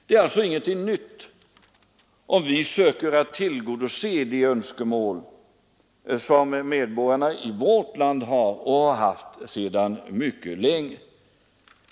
Det är alltså ingenting nytt om vi försöker tillgodose önskemål som medborgarna i vårt land har och sedan länge har haft.